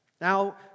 Now